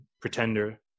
pretender